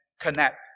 connect